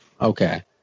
okay